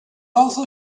also